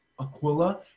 Aquila